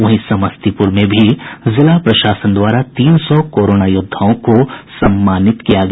वहीं समस्तीपुर में भी जिला प्रशासन द्वारा तीन सौ कोरोना योद्धाओं को सम्मानित किया गया